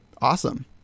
Awesome